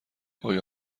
آیا